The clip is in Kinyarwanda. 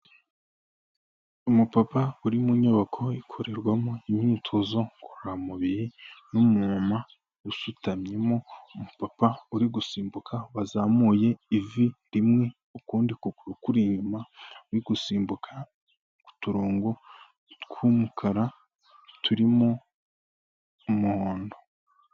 Umupapa uri mu nyubako ikorerwamo imyitozo ngororamubiri n'umumama usutamyemo, umupapa uri gusimbuka wazamuye ivi rimwe ukundi kuguru kuri inyuma, ari gusimbuka uturongo tw'umukara turimo umuhondo.